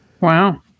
Wow